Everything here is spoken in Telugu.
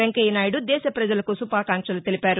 వెంకయ్యనాయుడు దేశ పజలకు శుభాకాంక్షలు తెలిపారు